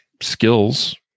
skills